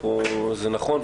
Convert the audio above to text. זה נכון,